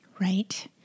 Right